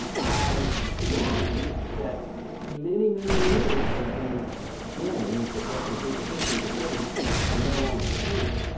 i learned that many, many, many of the buildings that represent the history the city are no longer standing.